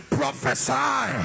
prophesy